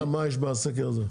מה יש בסקר הזה?